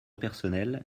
personnel